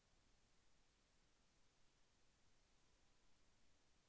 CC చేయడము ఎలా?